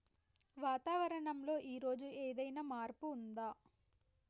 వాతావరణం లో ఈ రోజు ఏదైనా మార్పు ఉందా?